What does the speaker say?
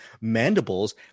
mandibles